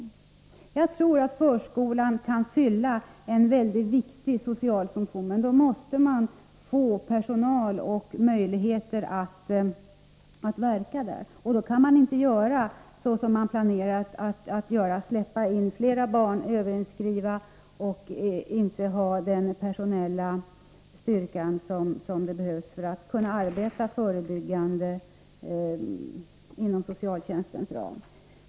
3 Jag tror att förskolan kan fylla en viktig social funktion, men då måste den få tillräckligt med personal och möjligheter att arbeta. Då kan man inte, som man planerar, ta in flera barn genom överinskrivning. Det måste finnas personal om man skall kunna arbeta förebyggande inom socialtjänstens ram.